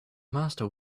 master